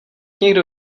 někdo